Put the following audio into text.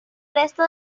resto